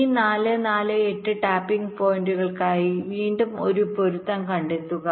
ഈ 4 4 8 ടാപ്പിംഗ് പോയിന്റുകൾക്കായി വീണ്ടും ഒരു പൊരുത്തം കണ്ടെത്തുക